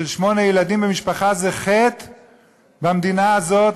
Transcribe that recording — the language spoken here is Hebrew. ששמונה ילדים במשפחה זה חטא במדינה הזאת,